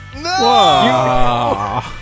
No